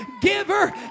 giver